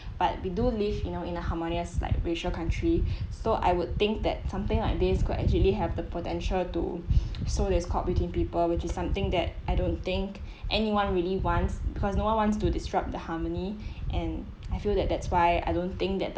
but we do live in you know in a harmonious like racial country so I would think that something like this could actually have the potential to sow discord between people which is something that I don't think anyone really wants because no one wants to disrupt the harmony and I feel that that's why I don't think that the